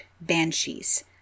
banshees